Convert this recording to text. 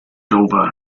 dover